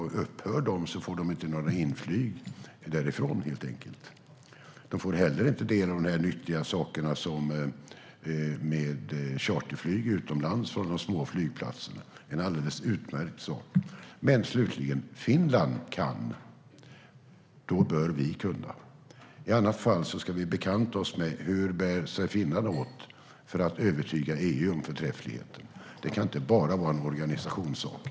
Om de små flygplatserna upphör får de helt enkelt inga inflygningar därifrån. De får inte heller del av nyttiga saker som charterflyg till utlandet från de små flygplatserna, som är något alldeles utmärkt. Slutligen: Om Finland kan, då bör vi kunna. I annat fall ska vi bekanta oss med hur finnarna bär sig åt för att övertyga EU om förträffligheten. Det kan inte vara bara en organisationsfråga.